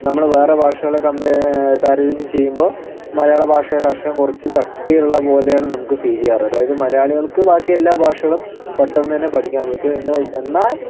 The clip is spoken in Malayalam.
നമ്മൾ വേറെ ഭാഷകളെ കമ്പെ താരതമ്യം ചെയ്യുമ്പോൾ മലയാളഭാഷകളുടെ അക്ഷരം കുറച്ചു കട്ടിയുള്ളതുപോലെയാണ് നമുക്ക് ഫീല് ചെയ്യാറ് അതായത് മലയാളികൾക്ക് ബാക്കി എല്ലാ ഭാഷകളും പെട്ടെന്ന് തന്നെ പഠിക്കാൻ പറ്റും എന്ന് എന്നാൽ